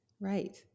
right